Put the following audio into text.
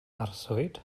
arswyd